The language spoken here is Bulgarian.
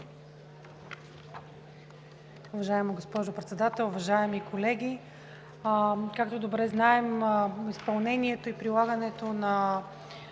Уважаема госпожо Председател, уважаеми колеги! Както добре знаем, при изпълнението и прилагането на